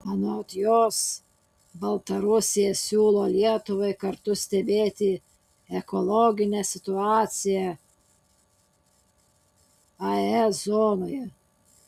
anot jos baltarusija siūlo lietuvai kartu stebėti ekologinę situaciją ae zonoje